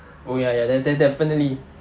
oh ya ya that that definitely